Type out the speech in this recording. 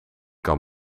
kan